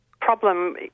problem